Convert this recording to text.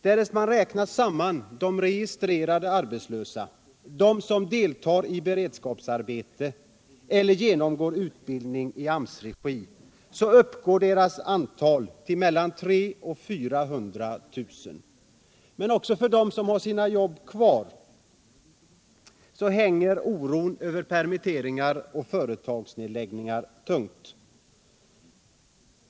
Därest man räknar samman de registrerade arbetslösa, de som deltar i beredskapsarbeten eller genomgår utbildning i AMS regi uppgår antalet till mellan 300 000 och 400 000. För många av dem som har sina arbeten kvar hänger oron över permitteringar eller företagsnedläggningar tungt.